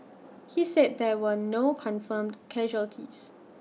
he said there were no confirmed casualties